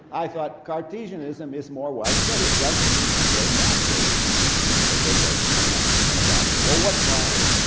i thought cartesianism is more widespread it does seem to come very naturally to people to think that they're both a mind and a body. well what's wrong with it?